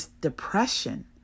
depression